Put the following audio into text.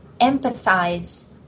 empathize